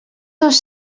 dos